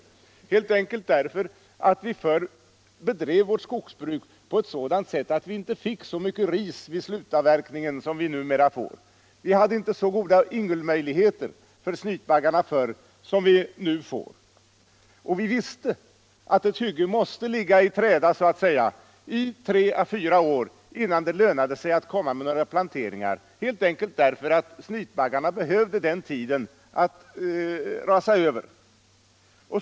Jo, helt enkelt därför att vi förr bedrev vårt skogsbruk på ett sådant sätt att vi inte fick så mycket ris vid slutavverkningen som vi numera får. Vi hade inte så goda yngelmöjligheter för snytbaggarna förr som vi nu får. Och vi visste att ett hygge måste ligga så att säga i träda i tre fyra år innan det lönade sig att göra några planteringar, helt enkelt därför att snytbaggarna behövde den tiden att rasa över.